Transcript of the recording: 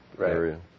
area